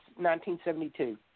1972